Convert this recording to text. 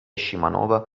scimanova